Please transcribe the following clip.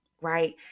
right